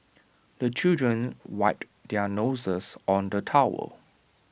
the children wipe their noses on the towel